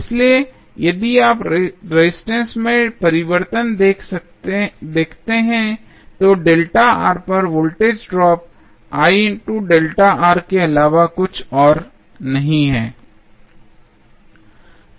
इसलिए यदि आप रेजिस्टेंस में परिवर्तन देखते हैं तो पर वोल्टेज ड्रॉप के अलावा और कुछ नहीं है